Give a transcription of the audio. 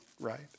right